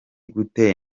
gute